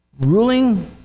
ruling